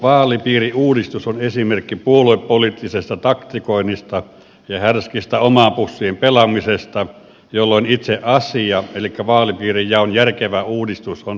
vaalipiiriuudistus on esimerkki puoluepoliittisesta taktikoinnista ja härskistä omaan pussiin pelaamisesta jolloin itse asia elikkä vaalipiirijaon järkevä uudistus on toisarvoinen asia